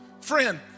Friend